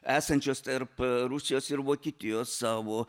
esančios tarp rusijos ir vokietijos savo